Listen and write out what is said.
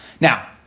Now